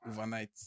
overnight